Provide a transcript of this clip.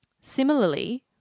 Similarly